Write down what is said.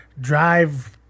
drive